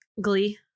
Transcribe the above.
Glee